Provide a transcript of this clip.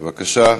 בבקשה.